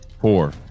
four